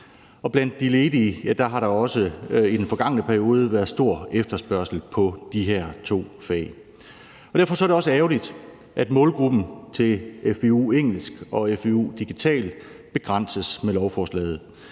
blandt de ledige har der også i den forgangne periode været stor efterspørgsel på de her to fag. Og derfor er det også ærgerligt, at målgruppen til fvu-engelsk og fvu-digital begrænses med lovforslaget,